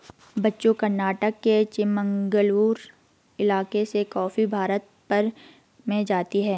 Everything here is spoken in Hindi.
बच्चों कर्नाटक के चिकमंगलूर इलाके से कॉफी भारत भर में जाती है